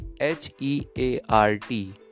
H-E-A-R-T